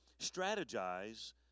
strategize